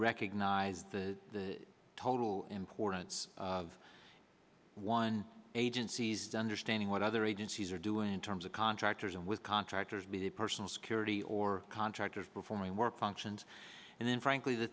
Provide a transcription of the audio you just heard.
recognize the total importance of one agency's understanding what other agencies are doing in terms of contractors and with contractors be personal security or contractors performing work functions and then frankly the